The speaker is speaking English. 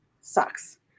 sucks